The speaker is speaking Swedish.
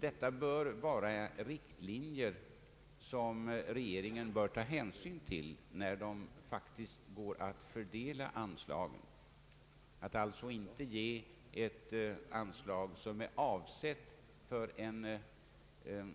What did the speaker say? Detta bör vara riktlinjer som regeringen bör ta hänsyn till när den går att fördela anslagen och alltså inte ge ett anslag, som är avsett för